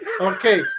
Okay